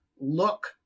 look